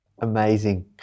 Amazing